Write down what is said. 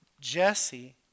Jesse